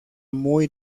muy